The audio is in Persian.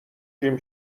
جیم